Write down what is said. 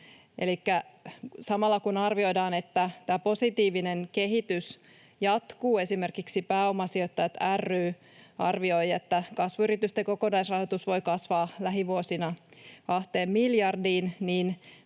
samalla kun arvioidaan, että tämä positiivinen kehitys jatkuu — esimerkiksi Pääomasijoittajat ry arvioi, että kasvuyritysten kokonaisrahoitus voi kasvaa lähivuosina 2 miljardiin